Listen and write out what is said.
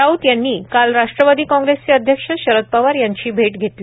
राऊत यांनी काल राष्ट्रवादी काँग्रेसचे अध्यक्ष शरद पवार यांची भेट घेतली